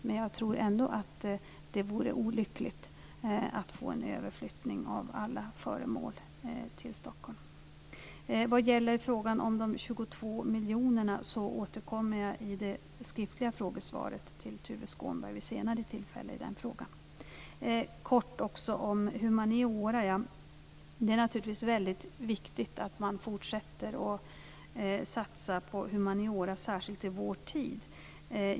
Men jag tror att det vore olyckligt med en överflyttning av alla föremål till När det gäller frågan om de 22 miljonerna återkommer jag till den i mitt skriftliga frågesvar till Kort också om humaniora: Det är naturligtvis väldigt viktigt att man fortsätter att satsa på humaniora, särskilt i vår tid.